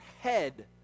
head